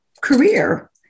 career